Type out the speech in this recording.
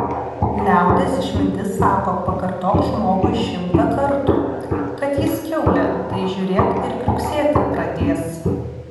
liaudies išmintis sako pakartok žmogui šimtą kartų kad jis kiaulė tai žiūrėk ir kriuksėti pradės